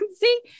See